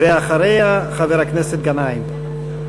אחריה, חבר הכנסת גנאים.